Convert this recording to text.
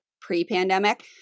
pre-pandemic